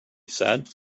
said